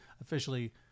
officially